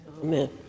Amen